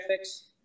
graphics